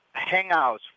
hangouts